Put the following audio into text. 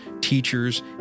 teachers